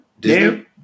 Disney